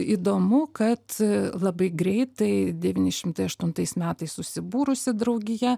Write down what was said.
įdomu kad labai greitai devyni šimtai aštuntais metais susibūrusi draugija